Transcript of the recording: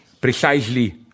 precisely